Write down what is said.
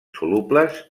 solubles